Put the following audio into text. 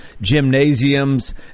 gymnasiums